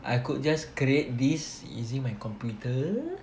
I could just create this using my computer